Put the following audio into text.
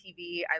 TV